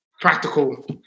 practical